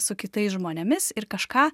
su kitais žmonėmis ir kažką